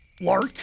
Lark